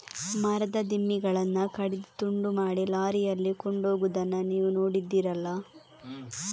ಮರದ ದಿಮ್ಮಿಗಳನ್ನ ಕಡಿದು ತುಂಡು ಮಾಡಿ ಲಾರಿಯಲ್ಲಿ ಕೊಂಡೋಗುದನ್ನ ನೀವು ನೋಡಿದ್ದೀರಲ್ಲ